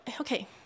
okay